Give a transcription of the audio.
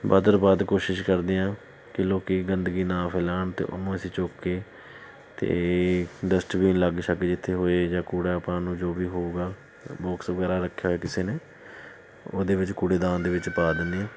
ਵੱਧ ਤੋਂ ਵੱਧ ਕੋਸ਼ਿਸ਼ ਕਰਦੇ ਹਾਂ ਕਿ ਲੋਕ ਗੰਦਗੀ ਨਾ ਫੈਲਾਉਣ ਅਤੇ ਉਹਨੂੰ ਅਸੀਂ ਚੁੱਕ ਕੇ ਅਤੇ ਡਸਟਬੀਨ ਲਾਗੇ ਛਾਗੇ ਜਿੱਥੇ ਹੋਏ ਜਾਂ ਕੂੜਾ ਪਾਉਣ ਨੂੰ ਜੋ ਵੀ ਹੋਊਗਾ ਬੋਕਸ ਵਗੈਰਾ ਰੱਖਿਆ ਹੋਇਆ ਕਿਸੇ ਨੇ ਉਹਦੇ ਵਿੱਚ ਕੂੜੇਦਾਨ ਦੇ ਵਿੱਚ ਪਾ ਦਿੰਦੇ ਹਾਂ